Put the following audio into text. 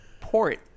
port